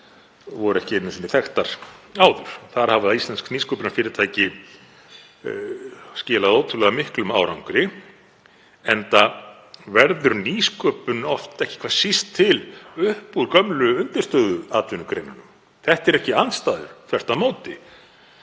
voru ekki einu sinni þekktar áður. Þar hafa íslensk nýsköpunarfyrirtæki skilað ótrúlega miklum árangri enda verður nýsköpun oft ekki hvað síst til upp úr gömlum undirstöðuatvinnugreinum. Þetta eru ekki andstæður, þvert á móti,